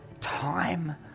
time